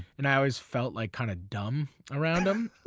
and i always felt like kind of dumb around him.